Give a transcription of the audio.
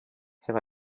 have